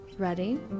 ready